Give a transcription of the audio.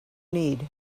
need